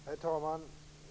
Herr talman!